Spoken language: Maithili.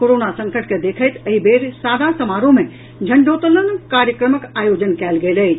कोरोना संकट के देखैत एहि बेर साझा समारोह मे झंडोत्तोलन कार्यक्रमक आयोजन कयल गेल अछि